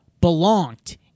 Belonged